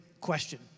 question